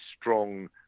strong